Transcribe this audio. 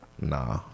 Nah